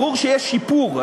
ברור שיהיה שיפור,